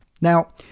Now